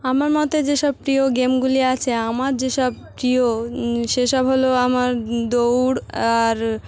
আমার মতে যেসব প্রিয় গেমগুলি আছে আমার যেসব প্রিয় সেসব হলো আমার দৌড় আর